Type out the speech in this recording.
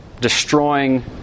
destroying